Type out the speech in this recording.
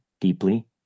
deeply